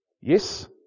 Yes